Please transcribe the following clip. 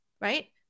right